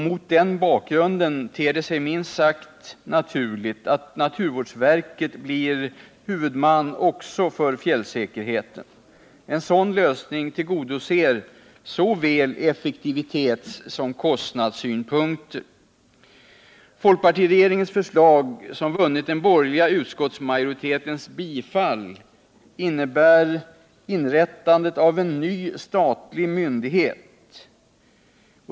Mot den bakgrunden ter det sig minst sagt naturligt att naturvårdsverket blir huvudman också för fjällsäkerheten. En sådan lösning tillgodoser såväl effektivitetssom kostnadssynpunkter. Folkpartiregeringens förslag, som vunnit den borgerliga utskottsmajoritetens bifall, innebär inrättandet av en ny statlig myndighet.